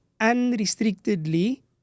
unrestrictedly